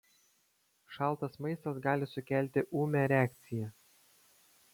šaltas maistas gali sukelti ūmią reakciją